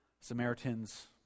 Samaritans